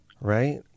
Right